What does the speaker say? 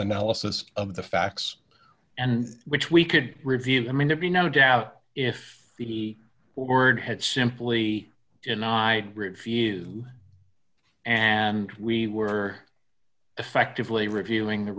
analysis of the facts and which we could review i mean there be no doubt if he were had simply denied refused to and we were effectively reviewing the